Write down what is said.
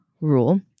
rule